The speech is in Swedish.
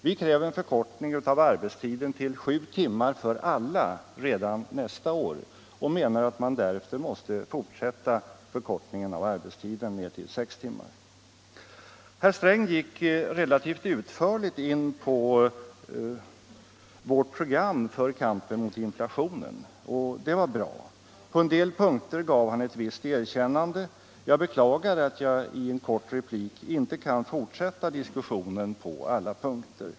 Vi kräver en förkortning av arbetstiden till sju timmar för alla redan nästa år och menar att man därefter måste fortsätta förkortningen av arbetstiden ned till sex timmar. Herr Sträng gick relativt utförligt in på vårt program för kampen mot inflationen. Det var bra. På en del punkter gav finansministern ett visst erkännande. Jag beklagar att jag i en kort replik inte kan fortsätta diskussionen på alla punkter.